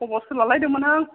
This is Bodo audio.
खबरसो लालायदोंमोन हां